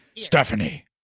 Stephanie